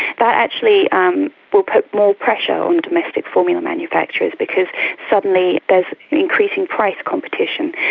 that actually um will put more pressure on domestic formula manufacturers because suddenly there's increasing price competition.